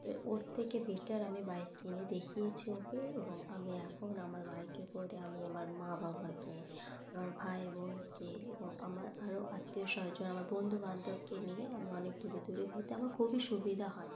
তো ওর থেকে বেটার আমি বাইক কিনে দেখিয়েছি ওকে এবং আমি এখন আমার বাইকে করে আমি আমার মা বাবাকে আমার ভাই বোনকে এবং আমার আরও আত্মীয় স্বজন আমার বন্ধুবান্ধবকে নিয়ে আমি অনেক দূরে দূরে ঘুরতে আমার খুবই সুবিধা হয়